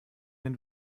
den